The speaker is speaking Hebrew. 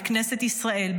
בכנסת ישראל,